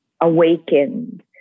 awakened